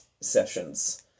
sessions